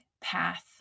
path